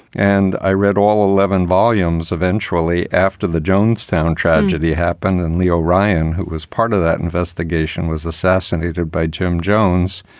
and i read all eleven volumes eventually after the jonestown tragedy happened. and leo ryan. it was part of that investigation was assassinated by jim jones,